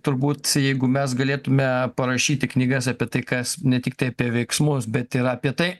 turbūt jeigu mes galėtume parašyti knygas apie tai kas ne tiktai apie veiksmus bet ir apie tai